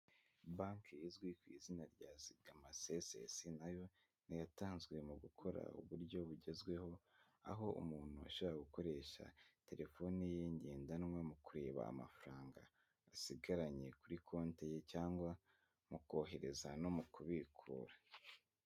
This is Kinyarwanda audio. Banki izwi ku izina rya zigama CSS nayo ntiyatanzwe mu gukora uburyo bugezweho aho umuntu abasha gukoresha telefoni ye ngendanwa mu kureba amafaranga asigaranye kuri konti ye cyangwa mu kohereza no mu kubikura.